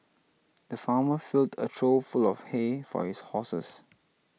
the farmer filled a trough full of hay for his horses